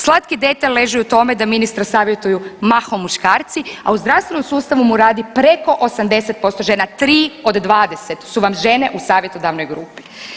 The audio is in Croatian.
Slatki detalj leži u tome da ministra savjetuju mahom muškarci, a u zdravstvenom sustavu mu radi preko 80% žena, 3 od 20 su vam žene u savjetodavnoj grupi.